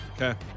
Okay